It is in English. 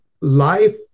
life